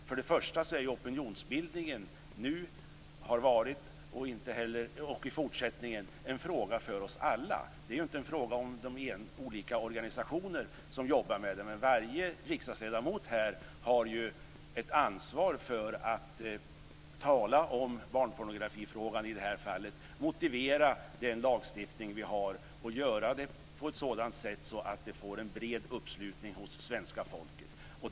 För det första har inte opinionsbildningen varit - och kommer inte heller i fortsättningen att vara - en fråga för oss alla. Det är ju inte fråga om vilka organisationer som jobbar med frågan. Men varje riksdagsledamot har ett ansvar för att diskutera barnpornografifrågan och motivera den lagstiftning som vi har på ett sådant sätt att den får en bred uppslutning hos svenska folket.